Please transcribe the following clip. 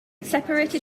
separated